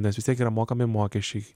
nes vis tiek yra mokami mokesčiai